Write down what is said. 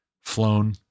flown